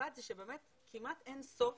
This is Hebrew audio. אחת כמעט אין סוף,